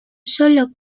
sólo